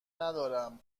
ندارم